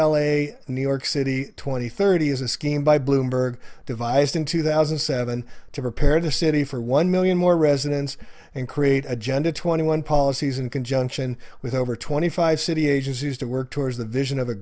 a new york city twenty thirty is a scheme by bloomberg devised in two thousand and seven to prepare the city for one million more residents and create agenda twenty one policies in conjunction with over twenty five city agencies to work towards the vision of a